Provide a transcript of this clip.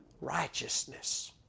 righteousness